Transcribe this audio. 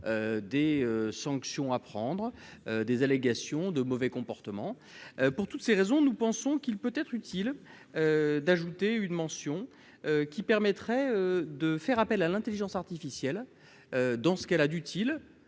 des sanctions à prendre des allégations de mauvais comportements pour toutes ces raisons, nous pensons qu'il peut être utile d'ajouter une mention qui permettrait de faire appel à l'Intelligence artificielle, dans ce cas-là, utile,